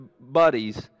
buddies